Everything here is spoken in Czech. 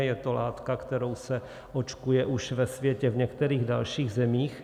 Je to látka, kterou se očkuje už ve světě v některých dalších zemích.